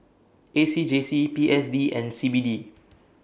A C J C P S D and C B D